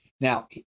Now